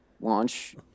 launch